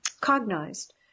cognized